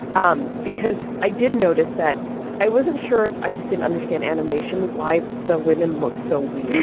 um because i did notice that i wasn't sure. i just didn't understand animation, why the women looked so weird